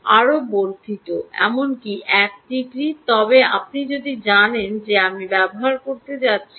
আরও বর্ধিত এমনকি 1 ডিগ্রি তবে আপনি যদি জানেন যে আমি ব্যবহার করতে যাচ্ছি